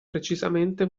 precisamente